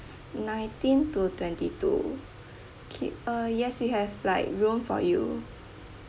nineteenth to twenty two okay uh yes we have like room for you